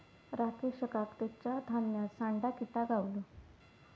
राकेशका तेच्या धान्यात सांडा किटा गावलो